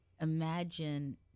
imagine